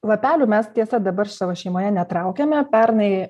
lapelių mes tiesa dabar savo šeimoje netraukiame pernai